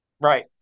Right